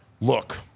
look